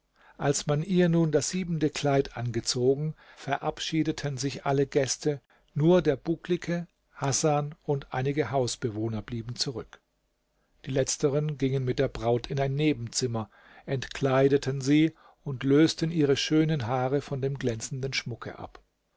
als man ihr nun das siebente kleid angezogen verabschiedeten sich alle gäste nur der bucklige hasan und einige hausbewohner blieben zurück die letzteren gingen mit der braut in ein nebenzimmer entkleideten sie und lösten ihre schönen haare von dem glänzenden schmucke ab